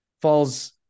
Falls